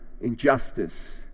injustice